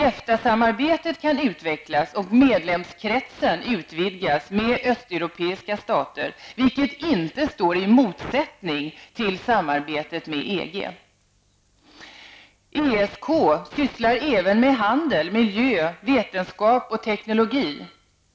EFTA-samarbetet kan utvecklas och medlemskretsen utvidgas med östeuropeiska stater, vilket inte står i motsättning till samarbetet med EG. ESK sysslar även med handel, miljö, vetenskap och teknologi.